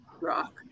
rock